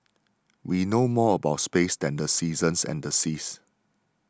we know more about space than the seasons and the seas